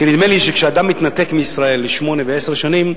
כי נדמה לי שכשאדם מתנתק מישראל לשמונה ועשר שנים,